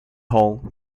hall